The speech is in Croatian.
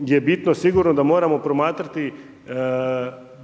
je bitno sigurno da moramo promatrati